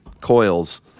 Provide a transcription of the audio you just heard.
coils